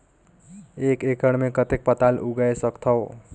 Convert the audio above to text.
एक एकड़ मे कतेक पताल उगाय सकथव?